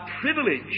privilege